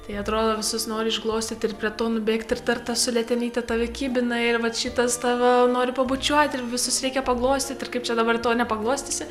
tai atrodo visus nori išglostyt ir prie to nubėgt ir dar tas su letenyte tave kibina ir vat šitas tave nori pabučiuot ir visus reikia paglostyt ir kaip čia dabar to nepaglostysi